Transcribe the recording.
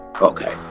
Okay